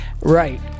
Right